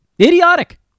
Idiotic